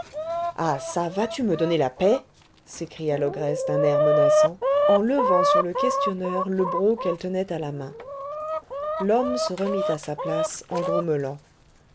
ah çà vas-tu me donner la paix s'écria l'ogresse d'un air menaçant en levant sur le questionneur le broc qu'elle tenait à la main l'homme se remit à sa place